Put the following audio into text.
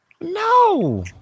No